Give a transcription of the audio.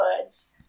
words